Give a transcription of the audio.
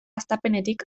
hastapenetik